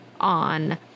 on